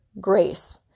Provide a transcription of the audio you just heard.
GRACE